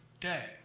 day